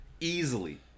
easily